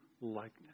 likeness